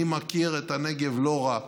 אני מכיר את הנגב לא רע,